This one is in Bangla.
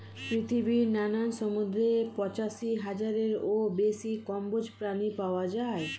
পৃথিবীর নানান সমুদ্রে পঁচাশি হাজারেরও বেশি কম্বোজ প্রাণী পাওয়া যায়